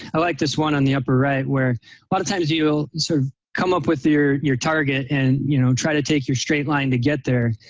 i liked this one on the upper right where a lot of times you sort of come up with your your target and you know try to take your straight line to get there.